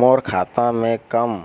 मोर खाता मे कम